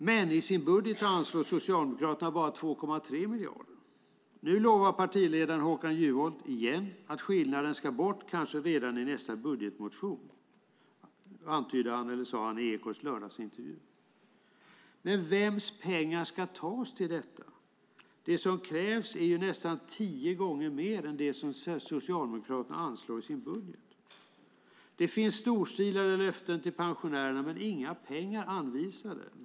Men i sin budget anslår Socialdemokraterna bara 2,3 miljarder. Nu lovar partiledaren Håkan Juholt, igen, att skillnaden ska bort kanske redan i nästa budgetmotion. Det sade han i Ekots lördagsintervju. Men vems pengar ska tas till detta? Det som krävs är ju nästan tio gånger mer än vad Socialdemokraterna anslår i sin budget. Det finns storstilade löften till pensionärerna, men inga pengar finns anvisade.